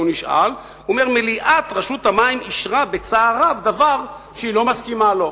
והוא אומר: "מליאת רשות המים אישרה בצער רב דבר שהיא לא מסכימה לו".